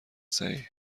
صحیح